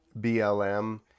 BLM